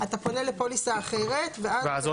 אתה פונה לפוליסה אחרת ואז --- ואז